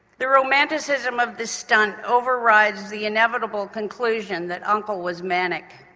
the romanticism of this stunt overrides the inevitable conclusion that uncle was manic.